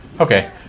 Okay